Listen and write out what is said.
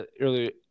earlier